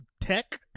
Tech